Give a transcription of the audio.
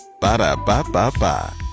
Ba-da-ba-ba-ba